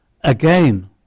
again